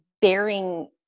bearing